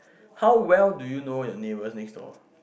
how well do you know your neighbours next door